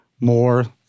more